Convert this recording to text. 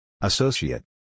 Associate